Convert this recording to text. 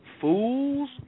Fools